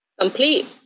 complete